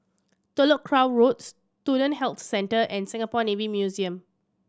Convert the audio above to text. Telok Kurau Road Student Health Centre and Singapore Navy Museum